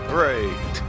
Great